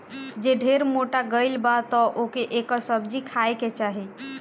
जे ढेर मोटा गइल बा तअ ओके एकर सब्जी खाए के चाही